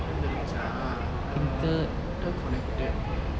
மரந்துருச்சி:maranthuruchi ah err interconnected